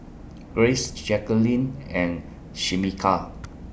Grace Jacquelin and Shameka